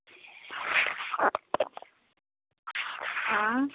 हाँ